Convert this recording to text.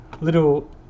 little